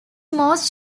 most